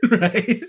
right